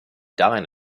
dine